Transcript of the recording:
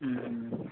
ᱦᱩᱸ ᱦᱩᱸ ᱦᱩᱸ